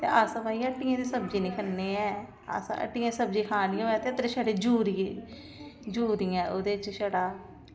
ते अस भई हट्टियें दी सब्जी निं खन्ने ऐं अस हट्टियें दी सब्जी खानी होऐ ते त्र छड़े यूरिये यूरिया ओह्दे च छड़ा